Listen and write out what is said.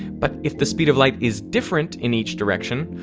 but if the speed of light is different in each direction,